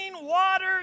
water